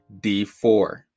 D4